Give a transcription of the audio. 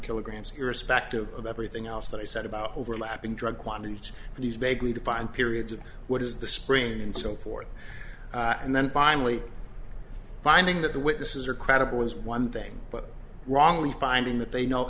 kilograms irrespective of everything else that he said about overlapping drug quantities and he's begun to find periods of what is the spring and so forth and then finally finding that the witnesses are credible is one thing but wrongly finding that they know